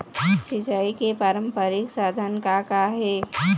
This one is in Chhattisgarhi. सिचाई के पारंपरिक साधन का का हे?